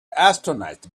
astonished